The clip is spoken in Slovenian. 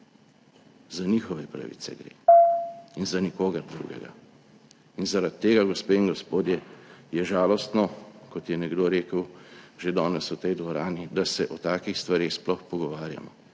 za konec razprave/ in za nikogar drugega in zaradi tega, gospe in gospodje, je žalostno, kot je nekdo rekel že danes v tej dvorani, da se o takih stvareh sploh pogovarjamo,